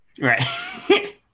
Right